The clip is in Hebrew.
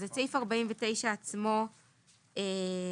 אז את סעיף 49 עצמו אנחנו